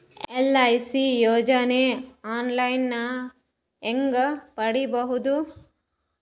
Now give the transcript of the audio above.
LIC ಯೋಜನೆ online ಹೇಂಗ ಪಡಿಬಹುದು?